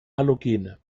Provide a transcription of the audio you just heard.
halogene